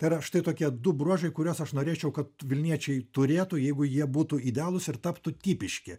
tai yra štai tokie du bruožai kuriuos aš norėčiau kad vilniečiai turėtų jeigu jie būtų idealūs ir taptų tipiški